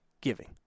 giving